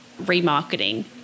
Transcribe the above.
remarketing